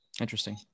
Interesting